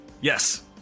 Yes